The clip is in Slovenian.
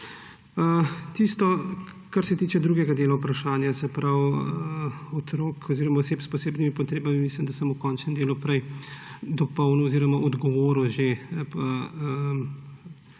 Tisto, kar se tiče drugega dela vprašanja, se pravi otrok oziroma oseb s posebnimi potrebami, mislim, da sem v končnem delu prej dopolnil oziroma na to že